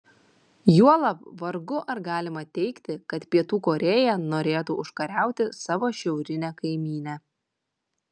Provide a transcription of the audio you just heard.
juolab vargu ar galima teigti kad pietų korėja norėtų užkariauti savo šiaurinę kaimynę